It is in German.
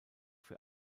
für